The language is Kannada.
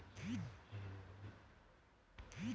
ಟ್ಯಾಕ್ಸ್ ನಾಗ್ ಜರಾ ಕಮ್ಮಿ ಮಾಡುರ್ ಎಲ್ಲರೂ ಜಲ್ದಿ ಟ್ಯಾಕ್ಸ್ ಕಟ್ತಾರ್